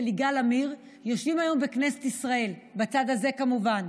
יגאל עמיר יושבים היום בכנסת ישראל" בצד הזה כמובן.